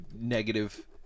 negative